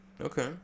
Okay